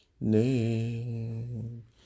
name